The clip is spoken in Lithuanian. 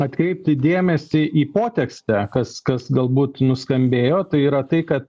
atkreipti dėmesį į potekstę kas kas galbūt nuskambėjo tai yra tai kad